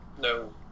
No